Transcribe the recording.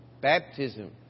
Baptism